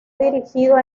dirigidos